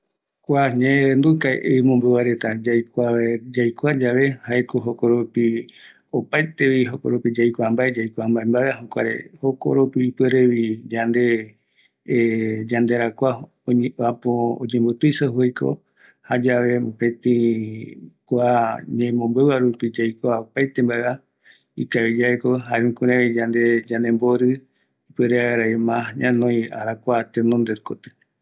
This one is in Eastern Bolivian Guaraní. Kua ñeerenduka jaeko tembiporu ikavigue, jokoropi yaikua opaete mbae, ëreï yaikatutavi yayaɨijaka, amogue guɨroviauka añetëtë ikavi mbaeva, oimeko ikavi jare ikavi mabae va